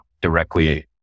directly